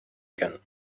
again